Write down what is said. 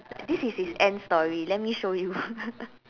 this is his end story let me show you